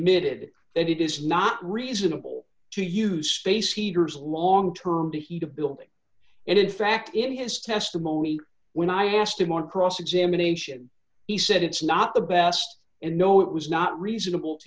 emitted that it is not reasonable to use space heaters long term to heat a building and in fact in his testimony when i asked him on cross examination he said it's not the best and no it was not reasonable to